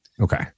Okay